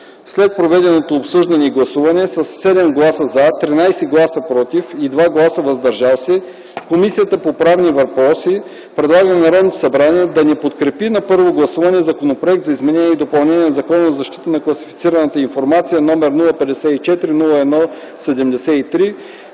След проведеното обсъждане и гласуване със 7 гласа „за”, 13 гласа „против” и 2 гласа „въздържали се”, Комисията по правни въпроси предлага на Народното събрание да не подкрепи на първо гласуване Законопроекта за изменение и допълнение на Закона за защита на класифицираната информация № 054-01-73,